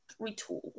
retool